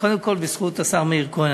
קודם כול בזכות השר מאיר כהן,